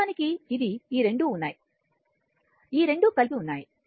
వాస్తవానికి ఇది ఈ రెండు ఉన్నాయి ఈ రెండు కలిసి ఉన్నాయి